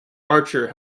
archer